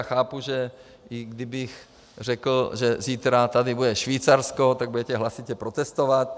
Chápu, že kdybych řekl, že zítra tady bude Švýcarsko, tak budete hlasitě protestovat.